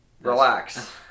Relax